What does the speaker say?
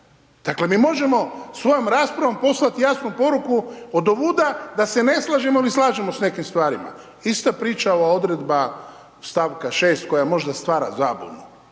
Dakle, mi možemo svojom raspravom poslati jasnu poruku odovuda da se ne slažemo ili slažemo s nekim stvarima. Ista priča, ova odredba st. 6 koja možda stvara zabunu.